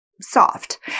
soft